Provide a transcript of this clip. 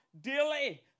daily